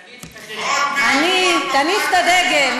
עוד מעט, אני, תניף, תניף את הדגל.